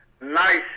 nice